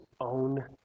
own